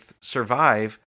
survive